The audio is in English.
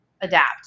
adapt